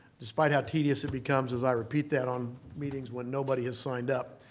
despite how tedious it becomes as i repeat that on meetings when nobody has signed up.